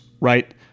right